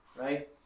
right